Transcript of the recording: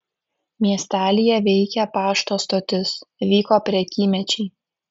miestelyje veikė pašto stotis vyko prekymečiai